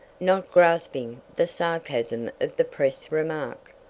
not grasping the sarcasm of the press remark.